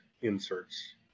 inserts